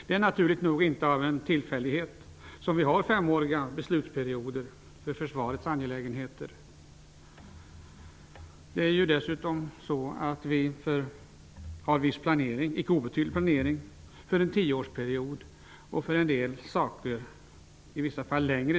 Det är naturligt nog inte av en tillfällighet som vi har femåriga beslutsperioder för försvarets angelägenheter. Viss, icke obetydlig planering sker dessutom för en tioårsperiod, och på vissa områden är planeringstiden också längre.